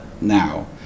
now